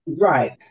Right